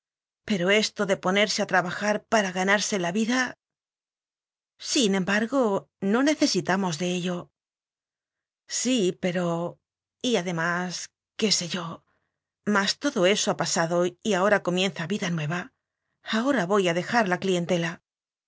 pero esto de ponerse a trabajar para ganarse la vida sin embargo no necesitábamos de ello sí pero y además qué sé yo mas todo eso ha pasado y ahora comienza vida nueva ahora voy a dejar la clientela